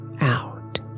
out